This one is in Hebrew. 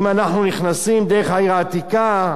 אם אנחנו נכנסים דרך העיר העתיקה,